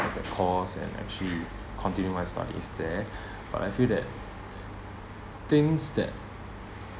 NITEC course and actually continue my studies there but I feel that things that